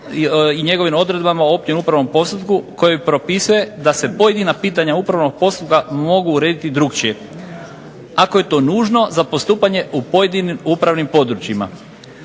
i njegovim odredbama o općem upravnom postupku, koji propisuje da se pojedina pitanja upravnog postupka mogu urediti drukčije ako je to nužno za postupanje u pojedinim upravnim područjima.